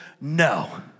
No